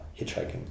hitchhiking